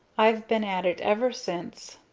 i've been at it ever since!